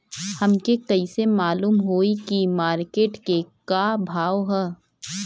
हमके कइसे मालूम होई की मार्केट के का भाव ह?